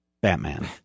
Batman